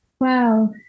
Wow